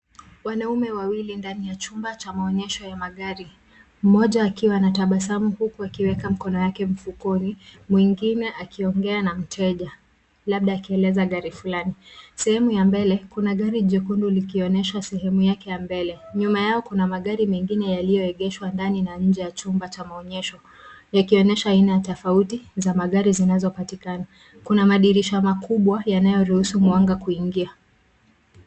Wanaume wawili ndani ya chumba cha maonyesho ya magari. Mmoja akiwa anatabasamu huku akiweka mkono yake mfukoni, mwingine akiongea na mteja labda akieleza gari fulani. Sehemu ya mbele, kuna gari jekundu likionyeshwa sehemu yake ya mbele. Nyuma yao kuna magari mengine yaliyoegeshwa ndani na nje ya chumba cha maonyesho, yakionyesha aina tofauti za magari zinazopatikana. Kuna madirisha makubwa yanayoruhusu mwanga kuingia.